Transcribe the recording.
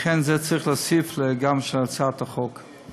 לכן, את זה צריך להוסיף גם להצעת החוק.